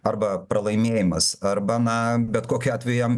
arba pralaimėjimas arba na bet kokiu atveju jam